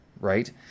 right